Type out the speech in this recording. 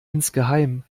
insgeheim